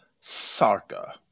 sarka